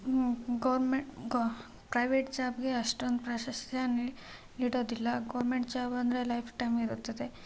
ಗೌರ್ಮೆ ಗ ಪ್ರೈವೇಟ್ ಜಾಬ್ಗೆ ಅಷ್ಟೊಂದು ಪ್ರಾಶಸ್ತ್ಯ ನೀ ನೀಡೋದಿಲ್ಲ ಗೌರ್ಮೆಂಟ್ ಜಾಬ್ ಅಂದರೆ ಲೈಫ್ಟೈಮ್ ಇರುತ್ತದೆ